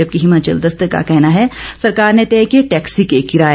जबकि हिमाचल दस्तक का कहना है सरकार ने तय किए टैक्सी के किराए